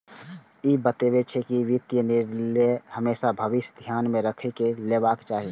ई बतबै छै, जे वित्तीय निर्णय हमेशा भविष्य कें ध्यान मे राखि कें लेबाक चाही